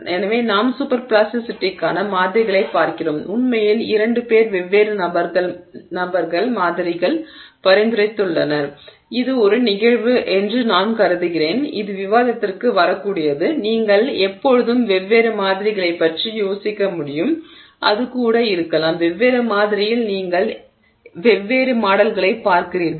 எனவே நாங்கள் சூப்பர் பிளாஸ்டிசிட்டிக்கான மாதிரிகளைப் பார்க்கிறோம் உண்மையில் 2 பேர் வெவ்வேறு நபர்கள் மாதிரிகள் பரிந்துரைத்துள்ளனர் எனவே இது ஒரு நிகழ்வு என்று நான் கருதுகிறேன் இது விவாதத்திற்கு வரக்கூடியது நீங்கள் எப்போதும் வெவ்வேறு மாதிரிகளைப் பற்றி யோசிக்க முடியும் அது கூட இருக்கலாம் வெவ்வேறு மாதிரியில் நீங்கள் வெவ்வேறு மாடல்களைப் பார்க்கிறீர்கள்